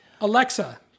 Alexa